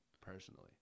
personally